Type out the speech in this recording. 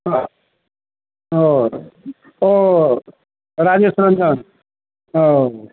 एमहर आ और राजेश रंजन और